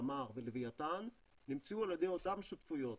תמר ולווייתן נמצאו על ידי אותן שותפויות,